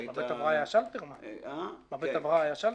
שנים.